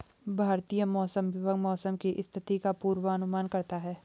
भारतीय मौसम विभाग मौसम की स्थिति का पूर्वानुमान करता है